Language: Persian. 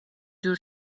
جور